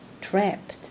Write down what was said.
trapped